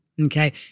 Okay